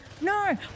No